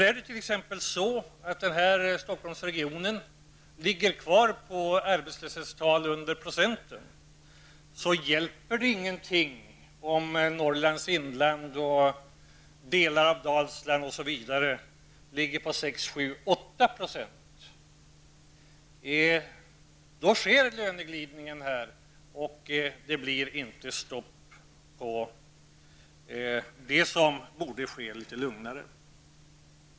Ligger t.ex. Stockholmsregionen kvar på arbetslöshetstal under procenten, hjälper det ingenting om Norrlands inland, delar av Dalsland, m.fl. ligger på 6--8 %. Då sker löneglidningen och det blir inte stopp på den utveckling som borde ske litet lugnare.